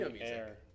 air